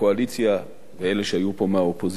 מהקואליציה ואלה שהיו פה מהאופוזיציה,